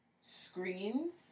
screens